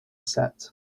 set